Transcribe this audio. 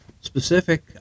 specific